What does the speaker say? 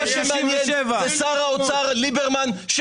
מה שמעניין זה שר האוצר ליברמן -- מה עם תשובה לגילאי 67?